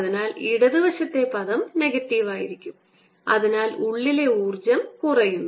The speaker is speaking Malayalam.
അതിനാൽ ഇടത് വശത്തെ പദം നെഗറ്റീവ് ആയിരിക്കും അതിനാൽ ഉള്ളിലെ ഊർജ്ജം കുറയുന്നു